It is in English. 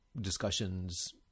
discussions